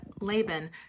Laban